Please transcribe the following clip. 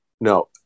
No